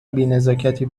بینزاکتی